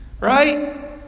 Right